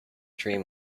dream